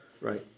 Right